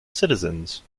citizens